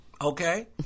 Okay